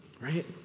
Right